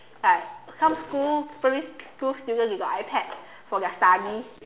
like some school primary school student they got iPad for their studies